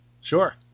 Sure